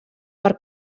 per